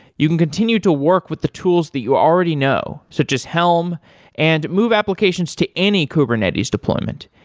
you can continue to work with the tools that you already know, such as helm and move applications to any kubernetes deployment.